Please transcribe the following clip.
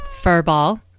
Furball